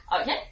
Okay